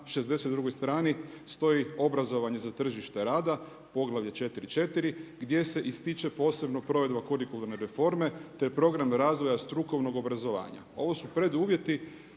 62 strani stoji obrazovanje za tržište rada poglavlje IV.IV gdje se ističe posebno provedba kurikularne reforme, te program razvoja strukovnog obrazovanja. Ovo su preduvjeti